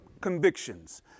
convictions